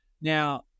Now